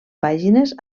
pàgines